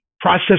process